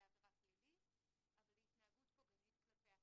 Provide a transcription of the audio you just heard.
עבירה פלילית אבל היא התנהגות פוגענית כלפי הקטינים,